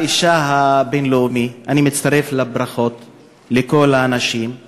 אני מצטרף לברכות לכל הנשים לרגל יום האישה הבין-לאומי.